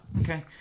okay